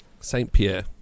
Saint-Pierre